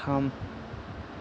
थाम